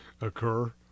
occur